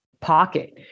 pocket